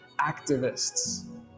activists